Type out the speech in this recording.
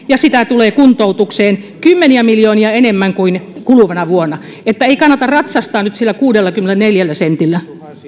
ja sitä tulee kuntoutukseen kymmeniä miljoonia enemmän kuin kuluvana vuonna että ei kannata ratsastaa nyt sillä kuudellakymmenelläneljällä sentillä